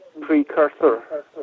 precursor